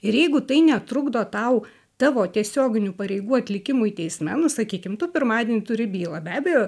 ir jeigu tai netrukdo tau tavo tiesioginių pareigų atlikimui teisme nu sakykim pirmadienį turi bylą be abejo